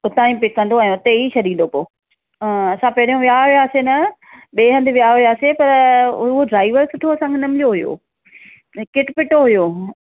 हुतां ई पिक कंदो ऐं उते ही छॾिंदो पोइ असां पहिरियों वेया हुआसीं न ॿिएं हंदि विया हुआसीं पर उहो ड्राइवर सुठो असांखे न मिलियो हुओ किटिपिटियो हुओ